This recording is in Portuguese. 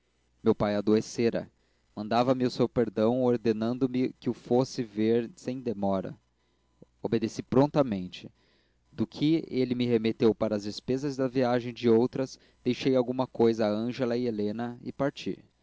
meu pai adoecera mandava-me o seu perdão ordenando me que o fosse ver sem demora obedeci prontamente do que ele me remeteu para as despesas de viagem e outras deixei alguma coisa a ângela e helena e parti